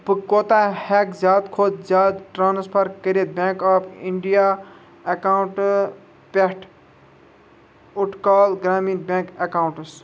بہٕ کوٗتاہ ہٮ۪کھ زیادٕ کھۄتہٕ زیادٕ ٹرٛانسفر کٔرِتھ بینٛک آف اِنڈیا اکاونٹہٕ پٮ۪ٹھ اُٹکَال گرٛامیٖن بینٛک اکاونٹَس